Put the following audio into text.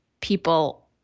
people